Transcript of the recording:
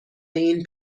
این